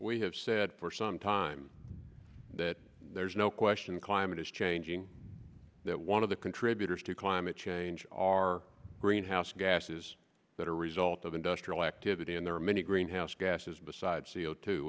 we have said for some time that there's no question the climate is changing that one of the contributors to climate change are greenhouse gases that are a result of industrial activity and there are many greenhouse gases besides c o two